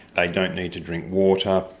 they don't need to drink water,